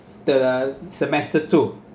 the semester two